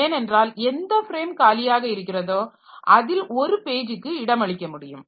ஏனென்றால் எந்த ஃப்ரேம் காலியாக இருக்கிறதோ அதில் ஒரு பேஜுக்கு இடமளிக்க முடியும்